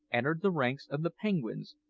entered the ranks of the penguins,